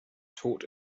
taught